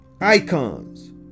icons